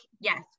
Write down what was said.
yes